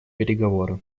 переговоры